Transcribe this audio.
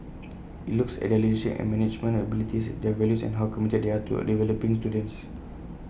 IT looks at their leadership and management abilities their values and how committed they are to developing students